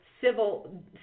civil